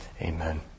Amen